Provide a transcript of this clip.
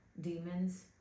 demons